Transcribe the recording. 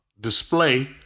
display